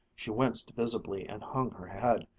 she winced visibly, and hung her head,